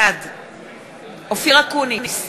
בעד אופיר אקוניס,